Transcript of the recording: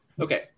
Okay